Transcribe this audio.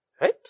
right